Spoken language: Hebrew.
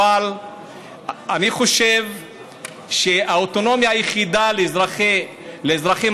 אבל אני חושב שהאוטונומיה היחידה לאזרחים